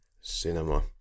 cinema